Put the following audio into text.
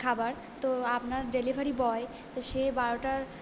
খাবার তো আপনার ডেলিভারি বয় তো সে বারোটার